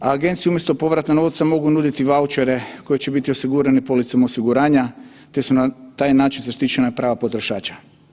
A agencije umjesto povrata novca mogu nuditi vaučere koji će biti osigurani policom osiguranja te su na taj način zaštićena prava potrošača.